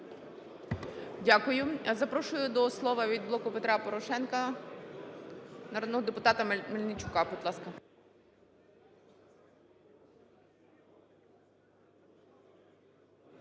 Дякую. Запрошую до слова від "Блоку Петра Порошенка" народного депутата Мельничука,